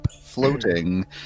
floating